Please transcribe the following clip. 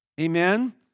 amen